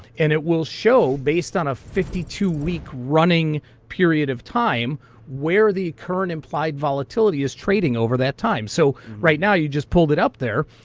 and it will show based on a fifty two week running period of time where the current implied volatility is trading over that time. so right now you just pulled it up there,